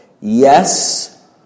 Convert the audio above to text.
Yes